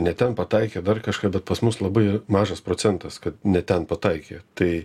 ne ten pataikė dar kažką bet pas mus labai mažas procentas kad ne ten pataikė tai